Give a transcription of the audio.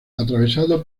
atravesado